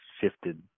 shifted